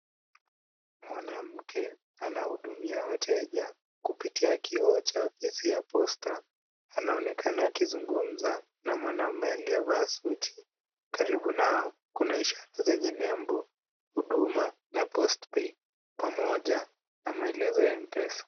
Mwanamke anahudumia wateja kupitia kioo cha ofisi ya posta. Anaonekana akizungumza na mwanaume aliyevaa suti. Karibu nao kuna ishara zenye nembo Huduma na Post pay pamoja na maelezo ya Mpesa.